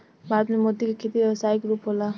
भारत में मोती के खेती व्यावसायिक रूप होला